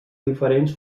diferents